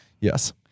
Yes